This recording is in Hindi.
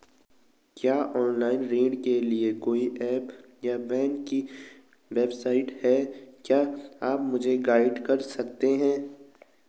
क्या ऑनलाइन ऋण के लिए कोई ऐप या बैंक की वेबसाइट है क्या आप मुझे गाइड कर सकते हैं?